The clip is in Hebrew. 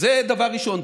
זה דבר ראשון.